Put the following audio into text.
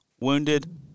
wounded